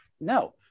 No